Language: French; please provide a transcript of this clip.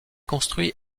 construit